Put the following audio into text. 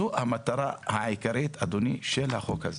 זו המטרה העיקרית של החוק הזה.